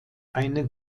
eine